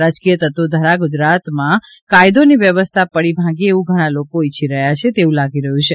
રાજ્કીય તત્વો દ્વારા ગુજરાતમાં કાયદો અને વ્યવસ્થા પડી ભાંગે એવુ ઘણા લોકો ઇચ્છી રહ્યા છે તેવુ લાગી રહ્યું છે